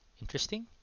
interesting